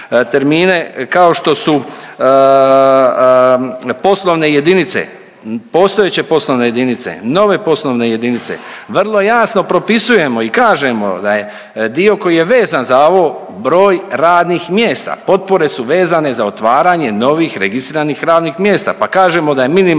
kao što su poslovne jedinice, postojeće poslovne jedinice, nove poslovne jedinice, vrlo jasno propisujemo i kažemo da je dio koji je vezan za ovo broj radnih mjesta. Potpore su vezane za otvaranje novih registriranih radnih mjesta pa kažemo da je minimalni